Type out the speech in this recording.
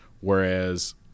Whereas